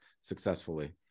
successfully